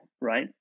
right